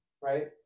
right